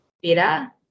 better